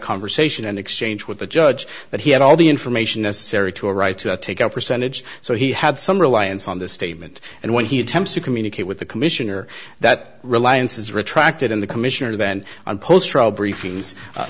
conversation an exchange with the judge that he had all the information necessary to a right to take up percentage so he had some reliance on the statement and when he attempts to communicate with the commissioner that reliance is retracted in the commissioner then on post trial briefings